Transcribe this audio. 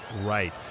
right